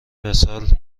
مثال